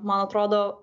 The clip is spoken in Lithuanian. man atrodo